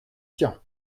tian